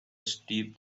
steep